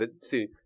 see